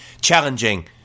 challenging